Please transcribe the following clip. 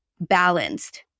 balanced